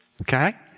okay